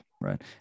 right